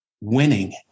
winning